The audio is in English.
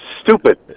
stupid